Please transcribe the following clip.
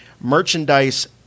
merchandise